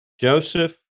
Joseph